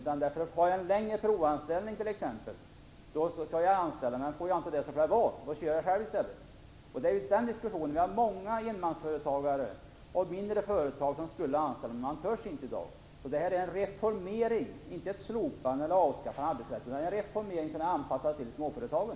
Om de skulle få en längre provanställning skulle de anställa, men om de inte får det får det vara. Det finns många enmansföretagare och mindre företag som skulle kunna anställa folk, men de törs inte i dag. Det behövs en reformering, inte ett slopande eller avskaffande, av arbetsrätten så att den blir anpassad till småföretagen.